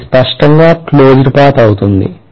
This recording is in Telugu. అది స్పష్టంగా క్లోజ్డ్ పాత్ అవుతుంది